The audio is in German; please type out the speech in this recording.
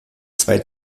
zwei